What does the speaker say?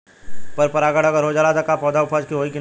पर परागण अगर हो जाला त का पौधा उपज होई की ना?